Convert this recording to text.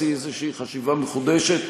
תעשי חשיבה מחודשת.